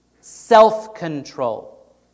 Self-control